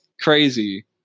crazy